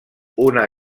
una